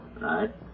Right